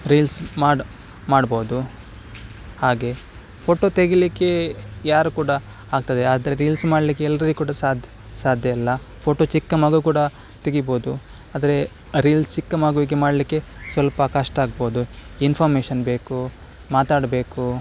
reels ಮಾಡಿ ಮಾಡ್ಬೋದು ಹಾಗೆ ಫೋಟೋ ತೆಗೆಯಲಿಕ್ಕೆ ಯಾರೂ ಕೂಡ ಆಗ್ತದೆ ಆದರೆ ರೀಲ್ಸ್ ಮಾಡಲಿಕ್ಕೆ ಎಲ್ರಿಗೆ ಕೂಡ ಸಾಧ್ಯ ಸಾಧ್ಯ ಇಲ್ಲ ಫೋಟೋ ಚಿಕ್ಕ ಮಗು ಕೂಡ ತೆಗಿಬೋದು ಆದರೆ ರೀಲ್ಸ್ ಚಿಕ್ಕ ಮಗುವಿಗೆ ಮಾಡಲಿಕ್ಕೆ ಸ್ವಲ್ಪ ಕಷ್ಟ ಆಗ್ಬೋದು ಇನ್ಫಾರ್ಮೇಶನ್ ಬೇಕು ಮಾತಾಡಬೇಕು